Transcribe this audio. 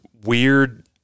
weird